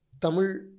Tamil